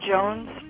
Jones